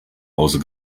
hause